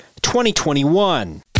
2021